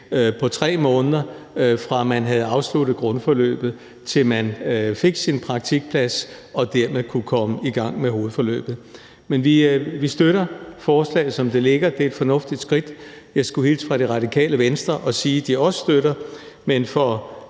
på 3 måneder, fra man havde afsluttet grundforløbet, til man fik sin praktikplads og dermed kunne komme i gang med hovedforløbet. Men vi støtter forslaget, som det ligger, for det er et fornuftigt skridt. Jeg skulle hilse fra Radikale Venstre og sige, at de også støtter. Men for